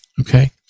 okay